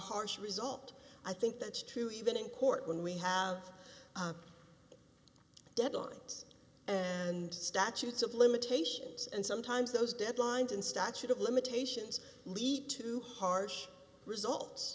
harsh result i think that's true even in court when we have deadlines and statutes of limitations and sometimes those deadlines in statute of limitations lead to harsh results